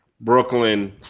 Brooklyn